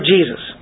Jesus